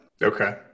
Okay